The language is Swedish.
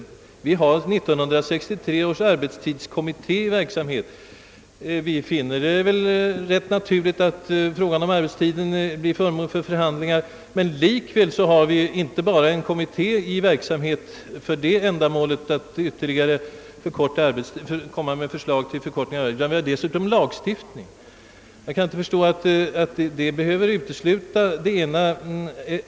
1963 års arbetstidskommitté är nu i verksamhet. Vi finner det väl rätt naturligt att frågan om arbetstiden blir föremål för förhandlingar, men likväl har vi alltså tillsatt en kommitté med uppgift att inte bara framlägga förslag till förkortning av arbetstiden utan också till den ändring i lagstiftningen på området, som kan erfordras.